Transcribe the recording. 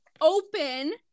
open –